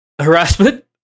harassment